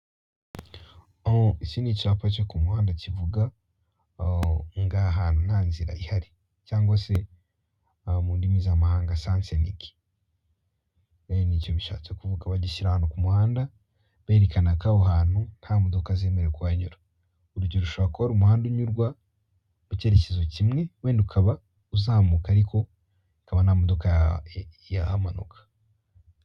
O iki ni icyapa cyo ku muhanda kivuga ooo ngo aha hantu nta nzira ihari, cyangwa se mu ndimi z'amahanga sasenike, nicyo bishatse kuvuga, bagishyira ahantu ku muhanda berekana ko aho hantu nta modoka zemerewe kuhanyura, urugero ushobora kuba ari umuhanda unyurwa mu cyerekezo kimwe, wenda ukaba uzamuka ariko akaba nta modoka yahamanuka.